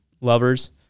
lovers